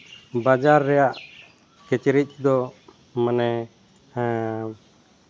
ᱵᱟᱡᱟᱨ ᱨᱮᱭᱟᱜ ᱠᱤᱪᱨᱤᱡ ᱫᱚ ᱢᱟᱱᱮ ᱦᱮᱸ